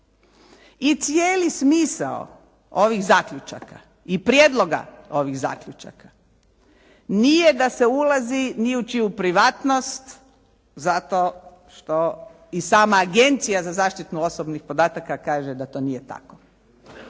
I cijeli smisao ovih zaključaka i prijedloga ovih zaključaka nije da se ulazi ni u čiju privatnost zato što i sama Agencija za zaštitu osobnih podataka kaže da to nije tako.